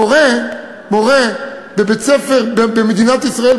מורה בבית-ספר במדינת ישראל,